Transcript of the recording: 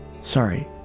Sorry